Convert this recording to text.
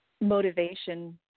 motivation